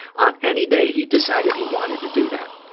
on any day he decided he wanted to do that,